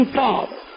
father